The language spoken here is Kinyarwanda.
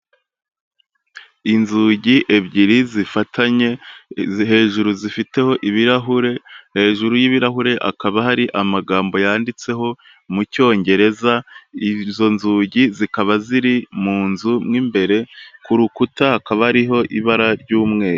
Inzugi ebyiri zifatanye, hejuru zifiteho ibirahure, hejuru yi'ibirahure hakaba hari amagambo yanditseho mu cyongereza, izo nzugi zikaba ziri mu nzu mo imbere, ku rukuta hakaba hariho ibara ry'umweru.